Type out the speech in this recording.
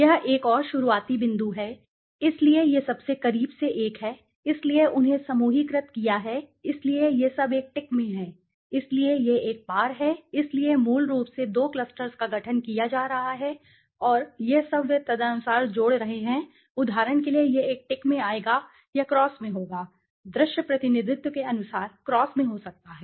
यह एक और शुरुआती बिंदु है इसलिए यह सबसे करीब से एक है इसलिए यह उन्हें समूहीकृत किया गया है इसलिए यह सब एक टिकमें है इसलिए यह एक पार है इसलिए मूल रूप से दो क्लस्टर्स का गठन किया जा रहा है और यह सब वे तदनुसार जोड़ रहे हैं उदाहरण के लिए यह एक टिक में आएगा या क्रॉस में होगा दृश्य प्रतिनिधित्व के अनुसार क्रॉसमें हो सकता है